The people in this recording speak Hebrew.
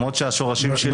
השורשים שלי